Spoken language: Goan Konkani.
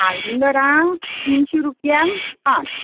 काळुंदरां तिनशी रुपयांक पांच